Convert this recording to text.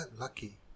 Lucky